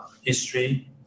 history